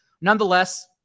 nonetheless